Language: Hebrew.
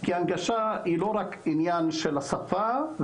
כי הנגשה היא לא רק עניין של השפה,